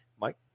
Mike